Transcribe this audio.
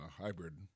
hybrid